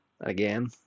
again